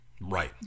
Right